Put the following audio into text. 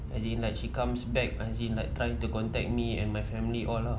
as in like she comes back as in like trying to contact me and my family all lah